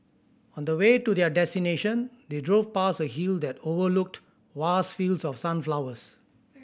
on the way to their destination they drove past a hill that overlooked vast fields of sunflowers